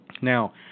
Now